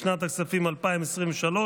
לשנת הכספים 2023,